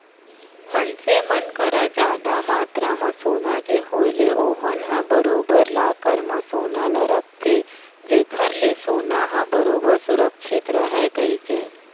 मनसे मन करा जादा मातरा म सोना के होय ले ओमन ह बरोबर लॉकर म सोना ल रखथे जेखर ले सोना ह बरोबर सुरक्छित रहय कहिके